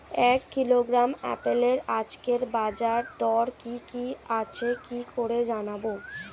এক কিলোগ্রাম আপেলের আজকের বাজার দর কি কি আছে কি করে জানবো?